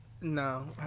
No